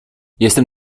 jestem